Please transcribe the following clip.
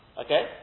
Okay